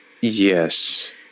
Yes